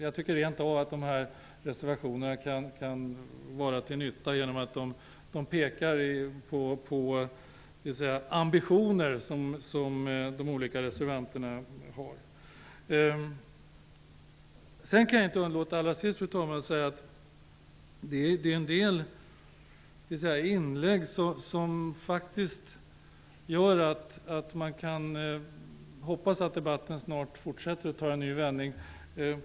Jag tycker rent av att dessa reservationer kan vara till nytta genom att de pekar på ambitioner som de olika reservanterna har. Jag kan slutligen inte låta bli att säga att en del inlägg gör att man faktiskt kan hoppas att debatten snart fortsätter och tar en ny vändning.